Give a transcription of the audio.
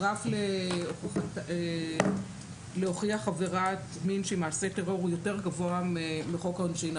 הרף להוכיח עבירת מין שהיא מעשה טרור הוא יותר גבוה מחוק העונשין.